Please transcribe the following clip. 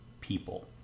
people